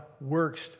works